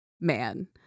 man